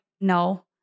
no